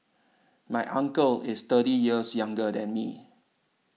my uncle is thirty years younger than me